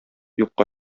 юкка